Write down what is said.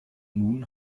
nun